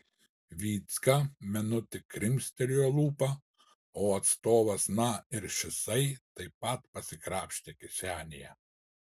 vycka menu tik krimstelėjo lūpą o atstovas na ir šisai taip pat pasikrapštė kišenėje